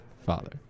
father